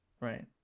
right